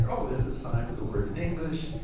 ah oh, there's that sign with the word in english,